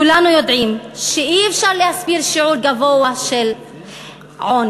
כולנו יודעים שאי-אפשר להסביר שיעור גבוה של עוני,